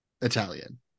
Italian